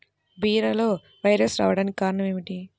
బీరలో వైరస్ రావడానికి కారణం ఏమిటి?